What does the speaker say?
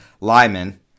Lyman